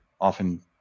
often